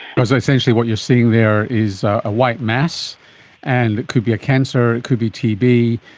because essentially what you're seeing there is a white mass and it could be a cancer, it could be tb,